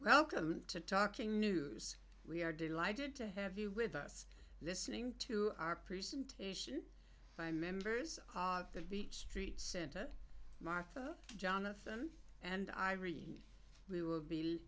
to talking news we are delighted to have you with us listening to our presentation by members of the beach street center martha jonathan and i read we will be